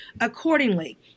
accordingly